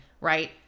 right